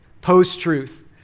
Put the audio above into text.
Post-truth